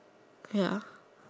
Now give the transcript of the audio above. ya